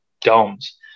domes